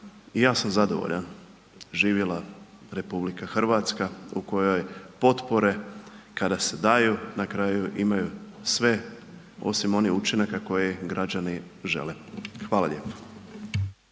i ja sam zadovoljan. Živjela RH u kojoj potpore kada se daju na kraju imaju sve osim onih učinaka koje građani žele, hvala lijepo.